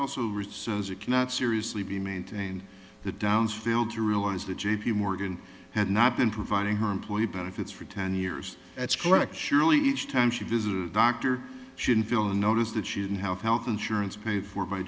cannot seriously be maintained that downs failed to realize that j p morgan had not been providing her employee benefits for ten years that's correct surely each time she does a doctor should be on notice that she didn't have health insurance paid for by